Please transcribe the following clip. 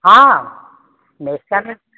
ହଁ